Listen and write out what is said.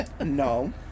No